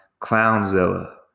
Clownzilla